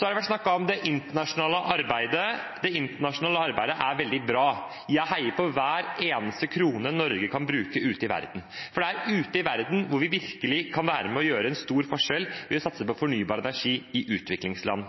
har vært snakket om det internasjonale arbeidet. Det internasjonale arbeidet er veldig bra. Jeg heier på hver eneste krone Norge kan bruke ute i verden, for det er ute i verden vi virkelig kan være med og utgjøre en stor forskjell ved å satse på fornybar energi i utviklingsland.